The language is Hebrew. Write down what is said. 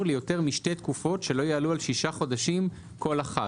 ליותר משתי תקופות שלא יעלו על שישה חודשים כל אחת.